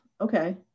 Okay